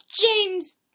James